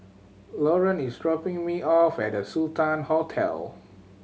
Loren is dropping me off at The Sultan Hotel